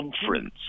Conference